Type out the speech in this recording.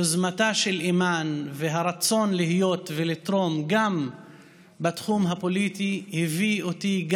גם יוזמתה של אימאן והרצון להיות ולתרום גם בתחום הפוליטי הביאו אותי,